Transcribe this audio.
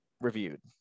reviewed